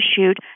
issued